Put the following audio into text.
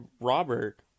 Robert